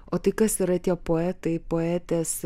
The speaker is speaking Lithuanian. o tai kas yra tie poetai poetės